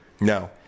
No